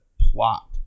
plot